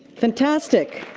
fantastic!